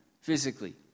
physically